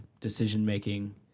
decision-making